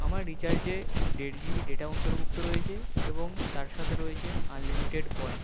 আমার রিচার্জে দেড় জিবি ডেটা অন্তর্ভুক্ত রয়েছে এবং তার সাথে রয়েছে আনলিমিটেড কল